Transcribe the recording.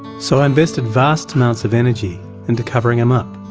so i invested vast amounts of energy into covering him up.